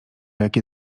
jakie